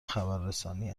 خبررسانی